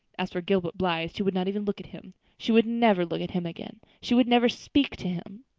as for gilbert blythe, she would not even look at him. she would never look at him again! she would never speak to him!